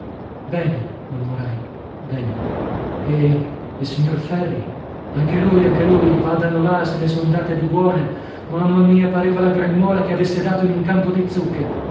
bene mormorai bene e il signor ferri anche lui anche lui vadano là se ne son date di buone mamma mia pareva la gragnuola che avesse dato in un campo di zucche